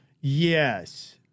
Yes